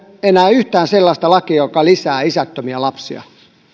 enää yhtään sellaista lakia joka lisää isättömiä lapsia